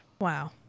Wow